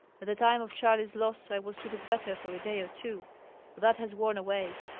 at the time of charley's loss i was treated better for a day or two, but that has worn away.